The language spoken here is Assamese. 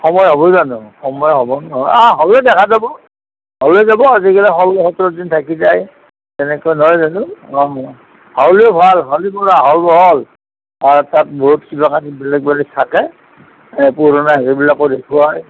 সময় হ'ব জানো সময় হ'ব নে নহয় আ হ'লে দেখা যাব হ'লে যাব আজিকালি ষোল্ল সোতৰ দিন থাকি যায় তেনেকুৱা নহয় জানো অঁ হাউলি ভাল হাউলি বৰ আহল বহল তাত বহুত কিবা কিবি বেলেগ বেলেগ থাকে পুৰণা এই সেইবিলাকো দেখুৱায়